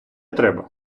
треба